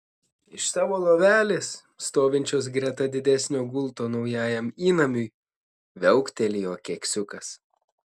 iš savo lovelės stovinčios greta didesnio gulto naujajam įnamiui viauktelėjo keksiukas